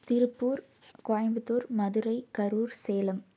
Tiruppur Coimbatore Madurai Karur Salem